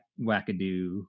wackadoo